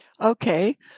Okay